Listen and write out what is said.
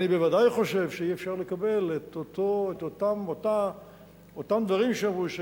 אני בוודאי חושב שאי-אפשר לקבל את אותם דברים שאמרו,